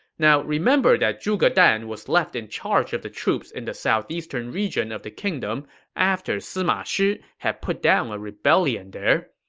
now, remember that zhuge dan was left in charge of the troops in the southeastern region of the kingdom after sima shi had put down a rebellion there.